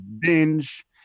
binge